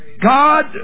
God